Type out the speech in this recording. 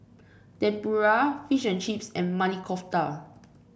Tempura Fish and Chips and Maili Kofta